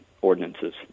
ordinances